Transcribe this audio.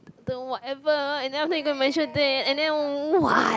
the whatever and then you have to measure that and then what